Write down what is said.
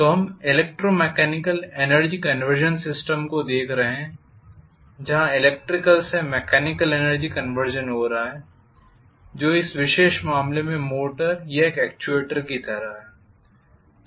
तो हम electromechanical energy conversion system को देख रहे हैं जहां इलेक्ट्रिकल से मैकेनिकल एनर्जी कन्वर्जन हो रहा है जो इस विशेष मामले में मोटर या एक एक्ट्यूएटर की तरह है